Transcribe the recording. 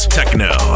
techno